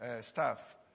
staff